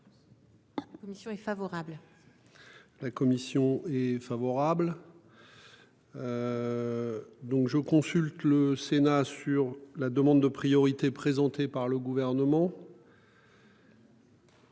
La commission est favorable. La commission est favorable. Donc, je consulte le Sénat sur la demande de priorités présentée par le gouvernement.